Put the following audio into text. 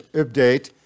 update